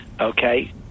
okay